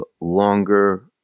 longer